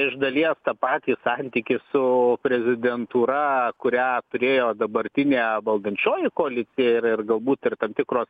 iš dalies tą patį santykį su prezidentūra kurią turėjo dabartinė valdančioji koalicija ir ir galbūt ir tam tikros